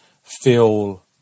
feel